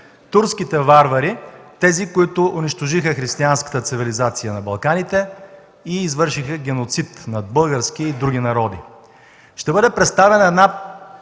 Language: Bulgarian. турските варвари, тези, които унищожиха християнската цивилизация на Балканите и извършиха геноцид над българския и други народи. Ще бъде представена една